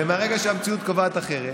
ומהרגע שהמציאות קובעת אחרת,